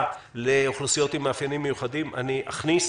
לאוכלוסיות עם מאפיינים מיוחדים אני אכניס